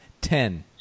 Ten